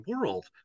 world